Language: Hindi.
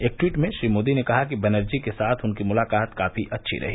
एक ट्वीट में श्री मोदी ने कहा कि बनर्जी के साथ उनकी मुलाकात काफी अच्छी रही